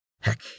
Heck